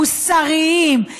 מוסריים,